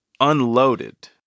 unloaded